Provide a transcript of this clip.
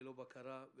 ללא בקרה,